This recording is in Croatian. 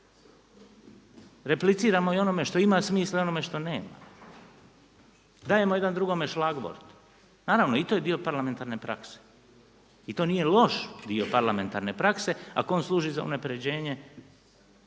Repliciramo i onome što ima smisla i onome što nema, dajemo jedan drugome šlagvort. Naravno i to je dio parlamentarne prakse i to nije loš dio parlamentarne prakse ako služi za unapređenje